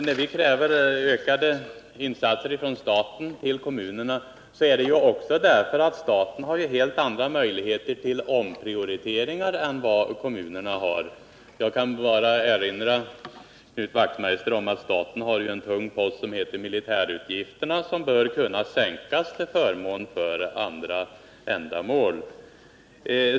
När vi kräver ökade bidrag från staten till kommunerna är det bl.a. därför att staten har helt andra möjligheter till omprioriteringar än vad kommunerna har. Jag skall bara påminna Knut Wachtmeister om att staten har en tung post som heter militärutgifter som bör kunna sänkas till förmån för andra ändamål.